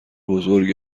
بزرگ